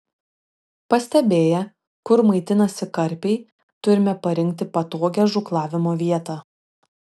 pastebėję kur maitinasi karpiai turime parinkti patogią žūklavimo vietą